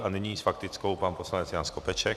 A nyní s faktickou pan poslanec Jan Skopeček.